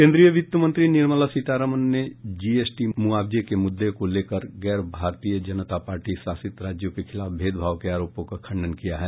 केन्द्रीय वित्त मंत्री निर्मला सीतारामन ने जीएसटी मुआवजे के मुद्दे को लेकर गैर भारतीय जनता पार्टी शासित राज्यों के खिलाफ भेदभाव के आरोपों का खंडन किया है